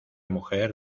mujer